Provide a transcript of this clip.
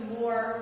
more